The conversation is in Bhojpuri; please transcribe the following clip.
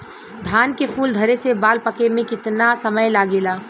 धान के फूल धरे से बाल पाके में कितना समय लागेला?